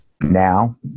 now